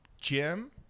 Jim